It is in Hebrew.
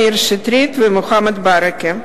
מאיר שטרית ומוחמד ברכה.